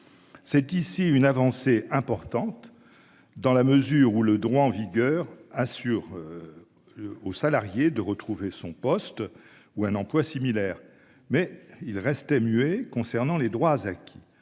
C'est ici une avancée importante. Dans la mesure où le droit en vigueur, assure. Aux salariés de retrouver son poste ou un emploi similaire mais il restait muet concernant les droits acquis